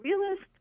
realist